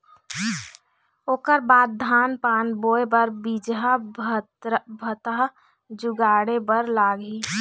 ओखर बाद धान पान बोंय बर बीजहा भतहा जुगाड़े बर लगही